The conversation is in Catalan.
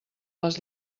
les